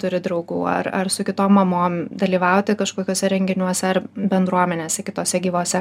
turi draugų ar ar su kitom mamom dalyvauti kažkokiuose renginiuose ar bendruomenėse kitose gyvuose